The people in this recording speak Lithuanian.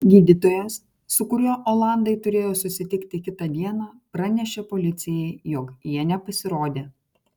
gydytojas su kuriuo olandai turėjo susitikti kitą dieną pranešė policijai jog jie nepasirodė